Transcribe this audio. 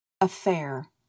affair